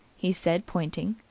he said pointing.